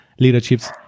leaderships